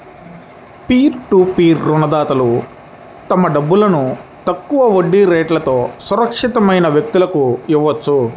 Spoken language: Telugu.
పీర్ టు పీర్ రుణదాతలు తమ డబ్బును తక్కువ వడ్డీ రేట్లతో సురక్షితమైన వ్యక్తులకు ఇవ్వొచ్చు